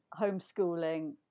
homeschooling